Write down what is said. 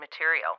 material